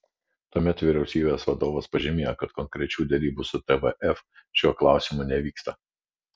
tuomet vyriausybės vadovas pažymėjo kad konkrečių derybų su tvf šiuo klausimu nevyksta